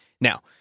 Now